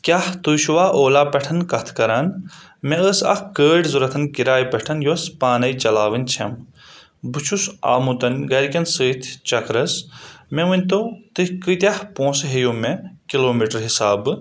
کیٛاہ تُہۍ چھُوا اولا پٮ۪ٹھ کتھ کران مےٚ ٲس اکھ گٲڑۍ ضروٗرت کراے پٮ۪ٹھ یۄس پانٔے چلاوٕنۍ چھم بہٕ چھُس آمُت گھرِکیٚن سۭتۍ چکرس مےٚ ؤنۍ تو تُہۍ کۭتیٛاہ پونٛسہٕ ہیٚیِو مےٚ کِلومیٖٹر حِسابہٕ